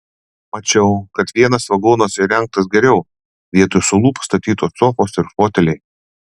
mačiau kad vienas vagonas įrengtas geriau vietoj suolų pastatytos sofos ir foteliai